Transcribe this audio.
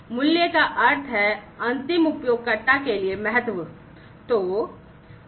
मूल्य का अर्थ है अंतिम उपयोगकर्ता के लिए महत्व